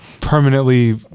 permanently